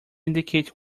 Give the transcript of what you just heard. indicate